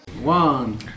One